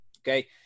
okay